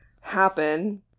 happen